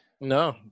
No